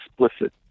explicit